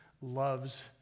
loves